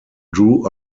drew